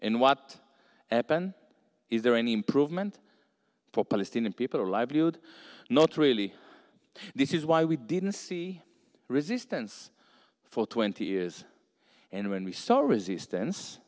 in what happened is there any improvement for palestinian people livelihood not really this is why we didn't see resistance for twenty years and when we saw resistance